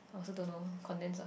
I also don't know condense lah